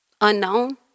unknown